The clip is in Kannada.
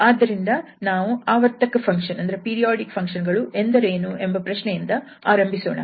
ಆದ್ದರಿಂದ ನಾವು ಆವರ್ತಕ ಫಂಕ್ಷನ್ ಗಳು ಎಂದರೇನು ಎಂಬ ಪ್ರಶ್ನೆಯಿಂದ ಆರಂಭಿಸೋಣ